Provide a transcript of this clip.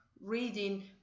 reading